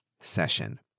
session